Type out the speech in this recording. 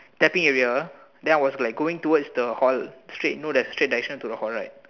tapping area then I was like going towards the hall straight you know the straight direction towards the hall right